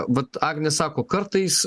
vat agnė sako kartais